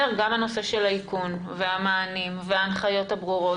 גם נושא האיכון והמענים וההנחיות הברורות